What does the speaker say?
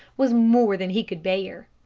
was more than he could bear.